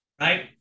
Right